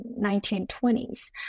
1920s